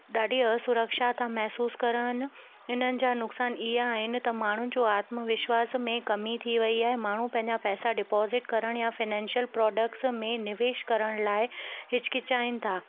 ॾाढी असुरक्षा था महसूस कनि हिननि जा नुक़्सान इहे आहिनि त माण्हुनि जो आत्मविश्वस में कमी थी वई आहे माण्हू पंहिंजा पैसा डिपॉज़िट करणु या फिनेंशल प्रॉडक्टस में निवेष करण लाइ हिचिकिचाइनि था